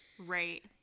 Right